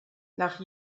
nach